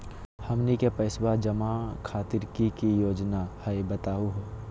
हमनी के पैसवा जमा खातीर की की योजना हई बतहु हो?